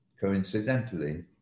coincidentally